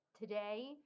today